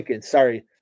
sorry